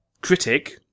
critic